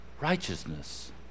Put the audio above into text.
Righteousness